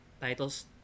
titles